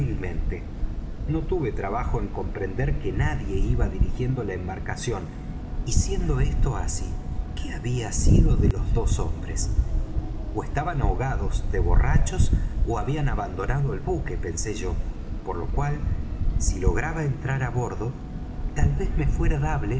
débilmente no tuve trabajo en comprender que nadie iba dirigiendo la embarcación y siendo esto así qué había sido de los dos hombres ó estaban ahogados de borrachos ó habían abandonado el buque pensé yo por lo cual si lograba entrar á bordo tal vez me fuera